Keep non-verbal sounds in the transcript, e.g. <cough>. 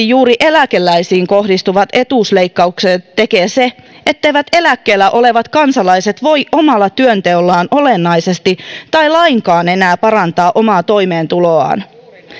<unintelligible> juuri eläkeläisiin kohdistuvat etuusleikkaukset tekee se etteivät eläkkeellä olevat kansalaiset voi työnteolla olennaisesti tai lainkaan parantaa enää omaa toimeentuloaan